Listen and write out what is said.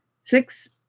six